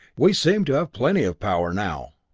we seem to have plenty of power now.